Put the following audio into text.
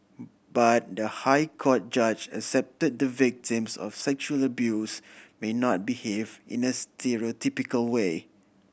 but the High Court judge accepted the victims of sexual abuse may not behave in a stereotypical way